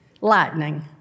lightning